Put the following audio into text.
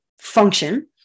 function